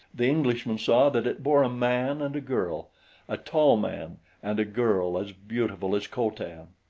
the englishman saw that it bore a man and a girl a tall man and a girl as beautiful as co-tan.